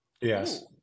Yes